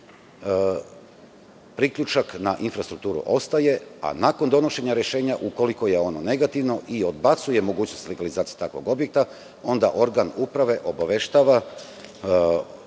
priključak na infrastrukturu ostaje, a nakon donošenja rešenja, ukoliko je ono negativno, i odbacuje mogućnost legalizacije takvog objekta, onda organ uprave obaveštava